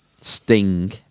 sting